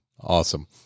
Awesome